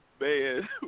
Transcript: man